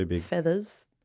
feathers-